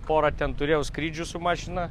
porą ten turėjau skrydžių su mašina